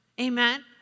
Amen